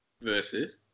versus